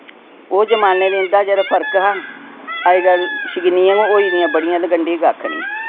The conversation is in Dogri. ओह् जमाने ते इन्दा जेह्ड़ा फर्क हा अजकल शकीनियां होई दियां बड़ियां ते गंढी कक्ख नेईं